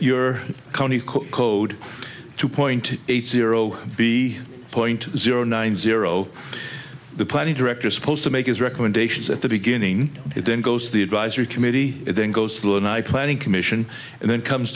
county code two point eight zero b point zero nine zero the planning director supposed to make his recommendations at the beginning it then goes to the advisory committee then goes through and i planning commission and then comes